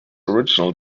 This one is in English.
original